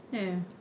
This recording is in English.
eh